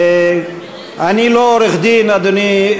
אני לא עורך-דין, אדוני.